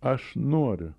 aš noriu